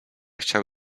chciał